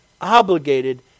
obligated